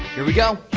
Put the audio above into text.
here we go.